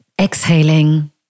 Exhaling